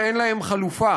ואין להם חלופה.